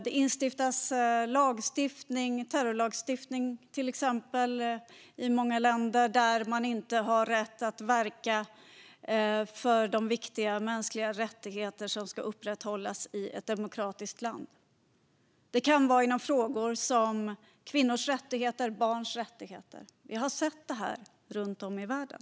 I många länder stiftas terrorlagar som förbjuder att man verkar för de viktiga mänskliga rättigheter som ska upprätthållas i ett demokratiskt land. Det kan handla om kvinnors och barns rättigheter. Vi har sett detta runt om i världen.